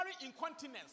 incontinence